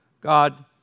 God